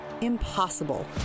impossible